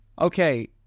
Okay